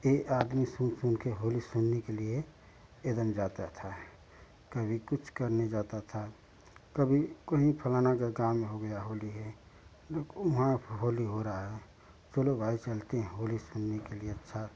यह आदमी सुन सुन कर होली सुनने के लिए एक दम जाता था कभी कुछ करने जाता था कभी कहीं फ़लना जगह काम हो गया होली है वहाँ होली हो रही है चलो भाई चलते हैं होली सुनने के लिए अच्छा